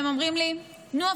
הם אומרים לי: נו,